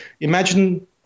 Imagine